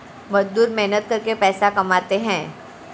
मजदूर मेहनत करके पैसा कमाते है